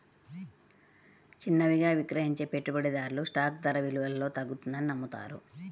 చిన్నవిగా విక్రయించే పెట్టుబడిదారులు స్టాక్ ధర విలువలో తగ్గుతుందని నమ్ముతారు